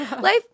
life